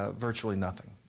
ah virtually nothing.